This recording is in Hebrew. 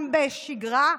גם בשגרה,